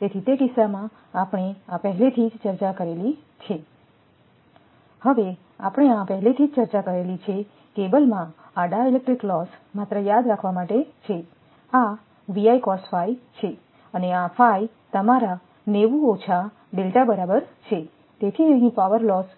તેથી તે કિસ્સામાં આપણે આ પહેલેથી જ ચર્ચા કરેલી છે તેથી આ આપણે પહેલેથી જ ચર્ચા કરેલી છે કેબલમાં આ ડાઇલેક્ટ્રિક લોસ માત્ર યાદ રાખવા માટે છે આ અને તમારા બરાબર છેતેથીઅહીં પાવર લોસ